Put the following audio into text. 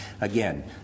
Again